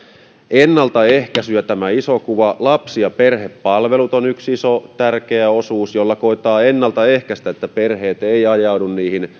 ennaltaehkäisy ja tämä iso kuva lapsi ja perhepalvelut on yksi iso tärkeä osuus jolla koetetaan ennaltaehkäistä että perheet eivät ajaudu